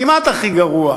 כמעט הכי גרוע.